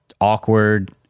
awkward